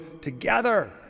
together